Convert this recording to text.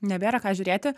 nebėra ką žiūrėti